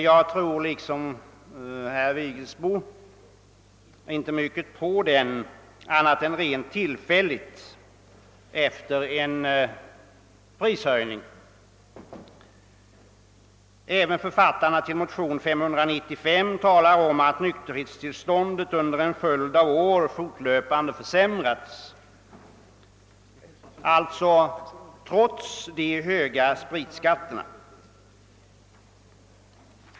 Liksom herr Vigelsbo tror jag emellertid inte mycket på den effekten, annat än rent tillfälligt efter en prishöjning. Även författarna till motionsparet I:648 och II:595 talar om att nykterhetstillståndet under en följd av år fortlöpande har försämrats — alltså trots de höga spritskatterna.